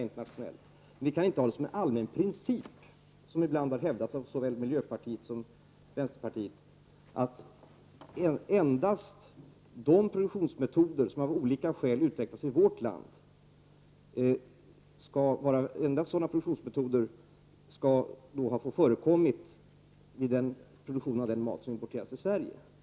Men vi kan inte ha som en allmän princip, som ibland har hävdats av såväl vänsterpartiet som miljöpartiet, att endast sådana produktionsmetoder som av olika skäl har utvecklats i vårt land får förekomma vid produktionen av den mat som importeras till Sverige.